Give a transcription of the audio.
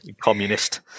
Communist